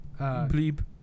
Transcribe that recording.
Bleep